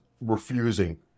refusing